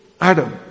Adam